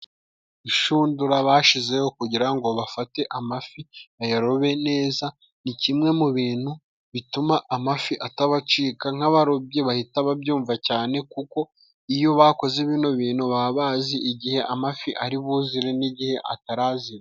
Ishundura bashizeho kugira ngo bafate amafi bayarobe neza ni kimwe mu bintu bituma amafi atabacika nk'abarobyi bahita babyumva cyane kuko iyo bakoze bino bintu baba bazi igihe amafi ari buzire n'igihe atarazira